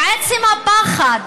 עצם הפחד